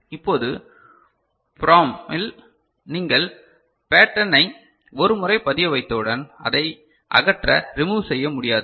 இப்போது PROM இல் நீங்கள் பெடர்னை ஒரு முறை பதியவைத்தவுடன் அதை அகற்ற ரிமூவ் செய்ய முடியாது